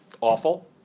awful